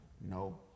No